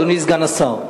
אדוני סגן השר,